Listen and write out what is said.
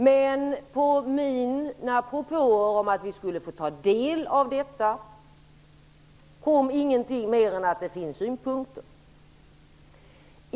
Men på mina propåer om att få ta del av dessa kom inget annat än att det just fanns synpunkter.